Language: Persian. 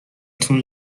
تون